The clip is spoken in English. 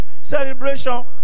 celebration